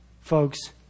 folks